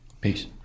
peace